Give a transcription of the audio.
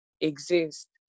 exist